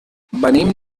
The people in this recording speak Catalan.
venim